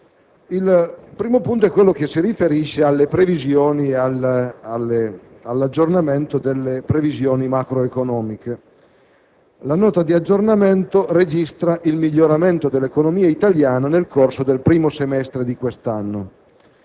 Il primo si riferisce alle previsioni e all'aggiornamento delle previsioni macroeconomiche. La Nota di aggiornamento registra il miglioramento dell'economia italiana nel corso del primo semestre di quest'anno.